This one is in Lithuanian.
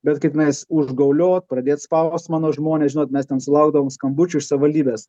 bet kaip mes užgauliot pradėt spaust mano žmones žinot mes ten sulaukdavom skambučių iš savivaldybės